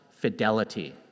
fidelity